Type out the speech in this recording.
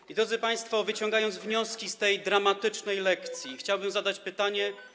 I drodzy państwo, wyciągając wnioski z tej dramatycznej lekcji, chciałbym zadać pytanie.